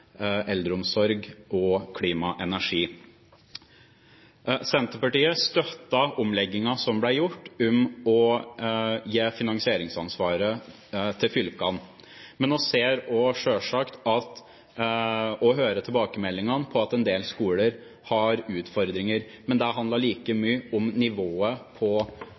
eldreomsorg og klima/energi. Senterpartiet støtter omleggingen som ble gjort ved å gi finansieringsansvaret til fylkene. Vi ser og hører selvsagt også tilbakemeldingene på at en del skoler har utfordringer, men det handler like mye om nivået på